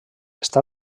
està